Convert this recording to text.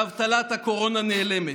ואבטלת הקורונה נעלמת.